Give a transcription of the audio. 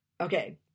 Okay